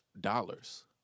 dollars